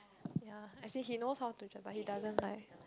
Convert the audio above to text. ya actually he knows how to drive but he doesn't like